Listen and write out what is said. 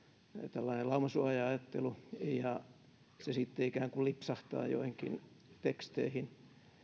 tällainen laumasuoja ajattelu ja se sitten ikään kuin lipsahtaa joihinkin teksteihin